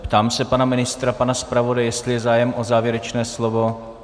Ptám se pana ministra, pana zpravodaje, jestli je zájem o závěrečné slovo.